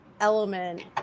element